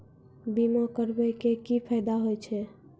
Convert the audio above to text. बीमा करबै के की फायदा होय छै?